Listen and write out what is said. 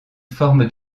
forme